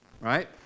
right